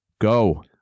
go